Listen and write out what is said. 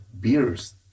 beers